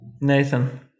Nathan